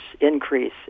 increase